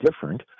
different